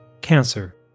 cancer